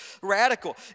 radical